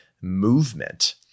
movement